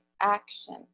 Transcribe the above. action